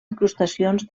incrustacions